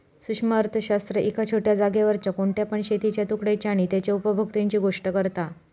सूक्ष्म अर्थशास्त्र एका छोट्या जागेवरच्या कोणत्या पण शेतीच्या तुकड्याची आणि तेच्या उपभोक्त्यांची गोष्ट करता